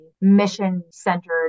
mission-centered